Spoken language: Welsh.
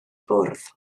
bwrdd